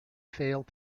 failed